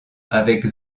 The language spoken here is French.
avec